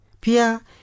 Pia